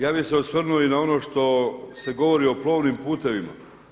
Ja bih se osvrnuo i na ono što se govori o plovnim putevima.